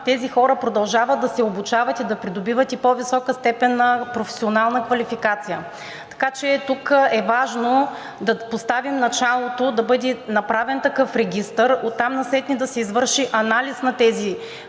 тези хора продължават да се обучават и да придобиват по-висока степен на професионална квалификация. Така че тук е важно да поставим началото, да бъде направен такъв регистър, оттам насетне да се извърши анализ на тези